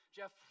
Jeff